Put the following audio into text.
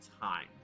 time